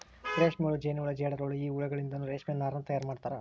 ರೇಷ್ಮೆಹುಳ ಜೇನಹುಳ ಜೇಡರಹುಳ ಈ ಹುಳಗಳಿಂದನು ರೇಷ್ಮೆ ನಾರನ್ನು ತಯಾರ್ ಮಾಡ್ತಾರ